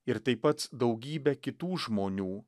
ir taip pat daugybę kitų žmonių